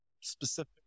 specific